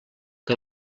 que